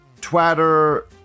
Twitter